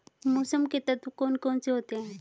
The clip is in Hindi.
मौसम के तत्व कौन कौन से होते हैं?